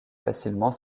facilement